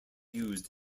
used